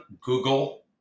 google